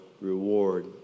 reward